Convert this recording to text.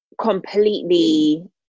completely